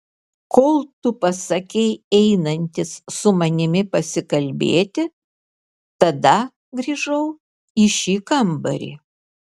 kol tu pasakei einantis su manimi pasikalbėti tada grįžau į šį kambarį